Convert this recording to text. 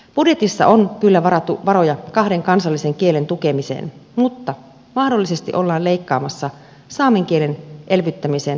budjetissa on kyllä varattu varoja kahden kansallisen kielen tukemiseen mutta mahdollisesti ollaan leikkaamassa saamen kielen elvyttämiseen tarkoitettuja varoja